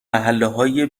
محلههای